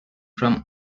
from